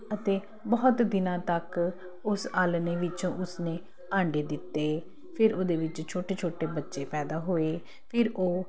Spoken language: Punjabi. ਅਤੇ ਬਹੁਤ ਦਿਨਾਂ ਤੱਕ ਉਸ ਆਲ੍ਹਣੇ ਵਿੱਚ ਉਸ ਨੇ ਆਂਡੇ ਦਿੱਤੇ ਫਿਰ ਉਹਦੇ ਵਿੱਚ ਛੋਟੇ ਛੋਟੇ ਬੱਚੇ ਪੈਦਾ ਹੋਏ ਫਿਰ ਉਹ